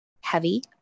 heavy